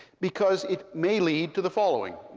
because it may lead to the following.